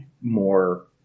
more